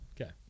Okay